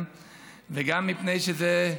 ראשית,